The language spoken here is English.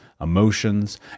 emotions